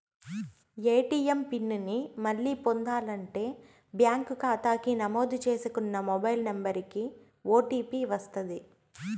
ATM PIN ని మళ్ళీ పొందాలంటే బ్యాంకు కాతాకి నమోదు చేసుకున్న మొబైల్ నంబరికి ఓ.టీ.పి వస్తది